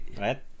right